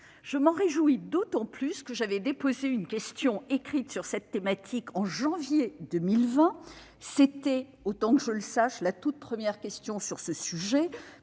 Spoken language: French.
Je m'en réjouis d'autant plus que j'avais déposé une question écrite sur cette thématique en janvier 2020. C'était, autant que je le sache, la toute première question sur le sujet,